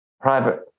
Private